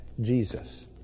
Jesus